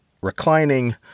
reclining